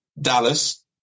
Dallas